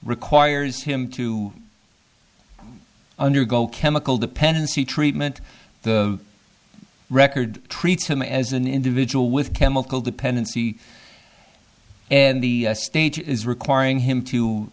requires him to undergo chemical dependency treatment the record treats him as an individual with chemical dependency and the state is requiring him to